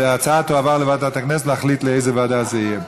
ההצעה תועבר לוועדת הכנסת להחליט באיזו ועדה זה יהיה.